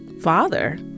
father